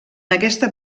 aquesta